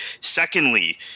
Secondly